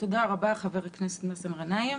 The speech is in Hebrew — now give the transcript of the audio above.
תודה רבה, חבר הכנסת מאזן גנאים.